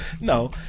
No